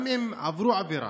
גם אם הם עברו עבירה,